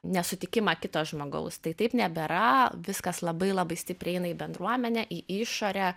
nesutikimą kito žmogaus tai taip nebėra viskas labai labai stipriai eina į bendruomenę į išorę